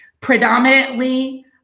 Predominantly